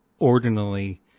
ordinarily